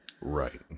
Right